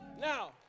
Now